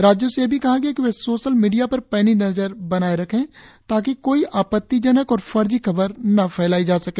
राज्यों से यह भी कहा गया है कि वे सोशल मीडिया पर पैनी नज़र बनाये रखें ताकि कोई आपत्तिजनक और फर्जी खबर न फैलाई जा सके